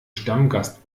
stammgast